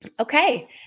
Okay